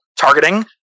targeting